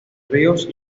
ríos